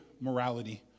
Morality